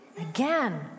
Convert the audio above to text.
Again